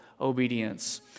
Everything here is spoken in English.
obedience